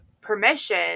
permission